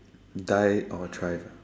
die or thrive ah